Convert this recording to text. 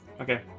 Okay